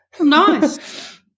nice